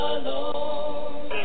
alone